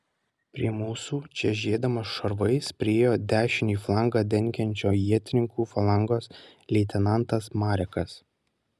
prie mūsų čežėdamas šarvais priėjo dešinį flangą dengiančio ietininkų falangos leitenantas marekas